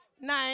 nine